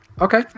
okay